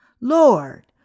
Lord